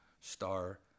star